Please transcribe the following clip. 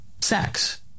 sex